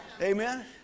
Amen